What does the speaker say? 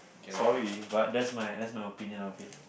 sorry but that's my that's my opinion of it